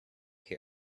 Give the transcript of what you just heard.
hero